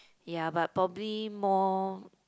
ya but probably more